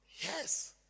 Yes